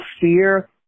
fear